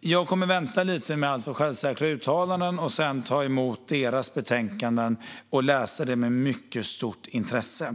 Jag kommer alltså att vänta lite med alltför säkra uttalanden och kommer att ta emot deras betänkanden och läsa dem med mycket stort intresse.